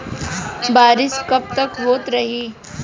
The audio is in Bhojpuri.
बरिस कबतक होते रही?